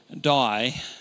die